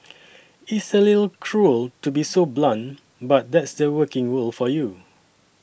it's a little cruel to be so blunt but that's the working world for you